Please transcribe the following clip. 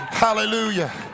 hallelujah